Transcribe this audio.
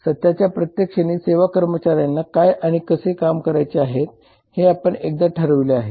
सत्याच्या प्रत्येक क्षणी सेवा कर्मचारी काय आणि कसे काम करणार आहेत हे आपण एकदा ठरवले आहे